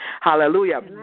Hallelujah